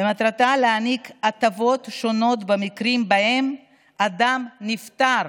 ומטרתה להעניק הטבות שונות במקרים שבהם אדם נפטר